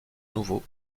nouveau